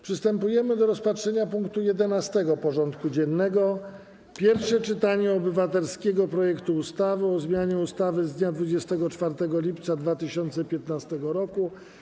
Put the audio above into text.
Przystępujemy do rozpatrzenia punktu 11. porządku dziennego: Pierwsze czytanie obywatelskiego projektu ustawy o zmianie ustawy z dnia 24 lipca 2015 r.